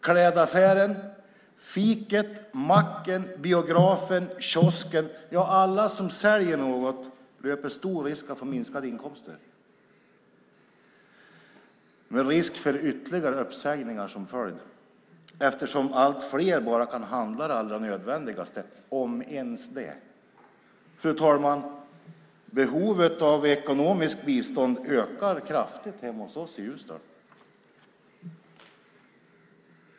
Klädaffären, fiket, macken, biografen, kiosken, ja alla som säljer något löper stor risk att få minskade inkomster med risk för ytterligare uppsägningar som följd. Det är allt fler som bara kan handla det allra nödvändigaste, om ens det. Behovet av ekonomiskt bistånd ökar kraftigt hemma hos oss i Ljusdal.